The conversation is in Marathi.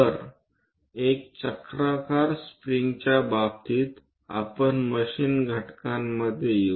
तर एक चक्राकार स्प्रिंगच्या बाबतीत आपण मशीन घटकांमध्ये येऊ